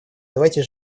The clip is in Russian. давайте